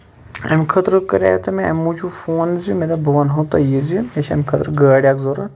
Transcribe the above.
اَمہِ خٲطرٕ کَریو مےٚ تۄہہِ اَمہِ موٗجوٗب فون زِ مےٚ دوٚپ بہٕ ونہو تۄہہ یہِ زِ مےٚ چھِ اَمہِ خٲطرٕ گٲڑ اکھ ضروٗرت